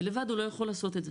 ולבד הוא לא יכול לעשות את זה.